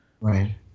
Right